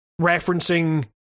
referencing